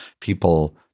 people